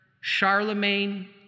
Charlemagne